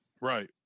Right